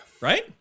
Right